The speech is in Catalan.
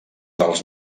dels